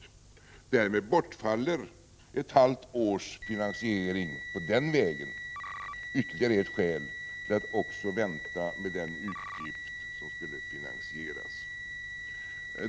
Därmed bortfaller ett halvt års finansiering på den vägen, och det är ytterligare ett skäl till att vänta med den utgift som skulle finansieras.